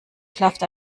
klafft